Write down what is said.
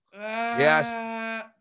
Yes